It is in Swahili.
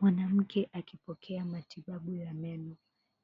Mwanamke akipokea matibabu ya meno,